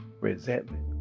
resentment